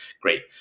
Great